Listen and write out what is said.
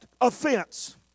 offense